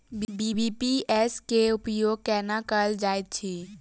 BBPS केँ उपयोग केना कएल जाइत अछि?